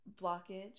blockage